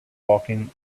walking